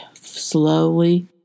slowly